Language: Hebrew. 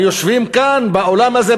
ויושבים כאן באולם הזה,